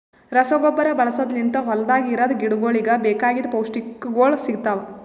ರಸಗೊಬ್ಬರ ಬಳಸದ್ ಲಿಂತ್ ಹೊಲ್ದಾಗ ಇರದ್ ಗಿಡಗೋಳಿಗ್ ಬೇಕಾಗಿದ್ ಪೌಷ್ಟಿಕಗೊಳ್ ಸಿಗ್ತಾವ್